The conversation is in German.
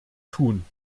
tun